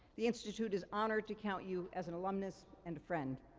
the institute is honored to count you as an alumnus and a friend.